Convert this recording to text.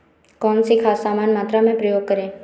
कौन सी खाद समान मात्रा में प्रयोग करें?